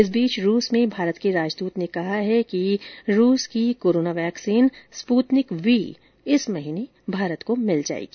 इस बीच रूस में भारत के राजदूत ने कहा है कि रूस की कोरोना वैक्सीन स्पूतनिक वी इस महीने भारत को मिल जाएगी